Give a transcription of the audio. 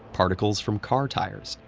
particles from car tires,